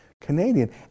Canadian